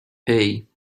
hey